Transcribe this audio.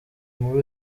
muri